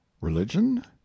Religion